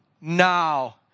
now